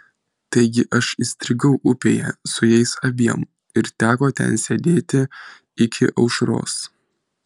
taigi aš įstrigau upėje su jais abiem ir teko ten sėdėti iki aušros